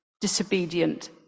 disobedient